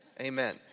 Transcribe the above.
amen